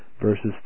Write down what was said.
verses